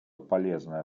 полезная